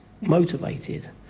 motivated